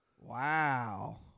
Wow